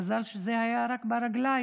מזל שזה היה רק ברגליים,